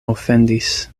ofendis